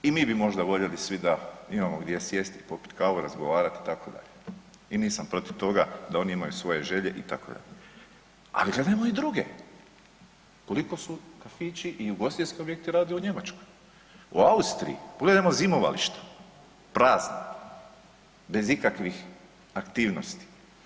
I mi bi možda voljeli svi da imamo gdje sjesti i popit kavu, razgovarat itd., i nisam protiv toga da oni imaju svoje želje itd., ali gledajmo i druge koliko su kafići i ugostiteljski objekti rade u Njemačkoj, u Austriji, pogledajmo zimovališta, prazna bez ikakvih aktivnosti.